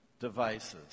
devices